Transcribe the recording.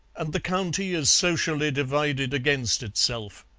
and the county is socially divided against itself.